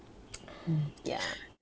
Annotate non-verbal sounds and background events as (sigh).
(noise) ya